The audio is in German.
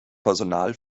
personal